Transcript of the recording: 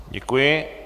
Děkuji.